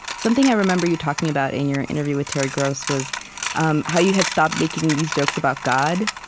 something i remember you talking about in your interview with terry gross was um how you had stopped making these jokes about god.